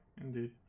indeed